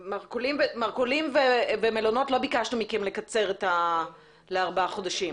מרכולים ומלונות לא ביקשנו מכם לקצר לארבעה חודשים.